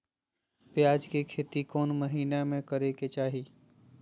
प्याज के खेती कौन महीना में करेके चाही?